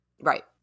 Right